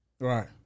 Right